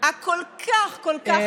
החריפים וחמורים כל כך.